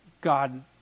God